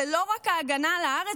זו לא רק ההגנה על הארץ,